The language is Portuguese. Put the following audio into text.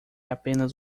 apenas